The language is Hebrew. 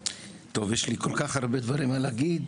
טוב יש לי כל כך הרבה דברים להגיד,